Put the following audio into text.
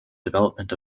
development